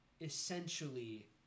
essentially